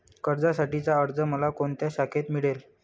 कर्जासाठीचा अर्ज मला कोणत्या शाखेत मिळेल?